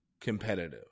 competitive